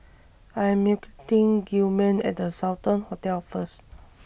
I Am meeting Gilman At The Sultan Hotel First